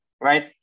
right